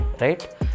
right